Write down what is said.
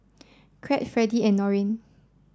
Crete Fredie and Norine